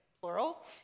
plural